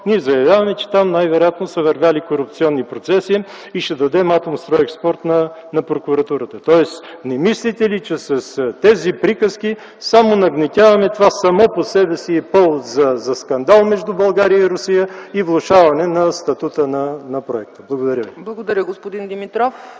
ние заявяваме, че там най-вероятно са вървели корупционни процеси и ще дадем „Атомстройекспорт” на прокуратурата. Не мислите ли, че с тези приказки само нагнетяваме ... Това само по себе си е повод за скандал между България и Русия и влошаване на статута на проекта. Благодаря. ПРЕДСЕДАТЕЛ ЦЕЦКА ЦАЧЕВА: Благодаря, господин Димитров.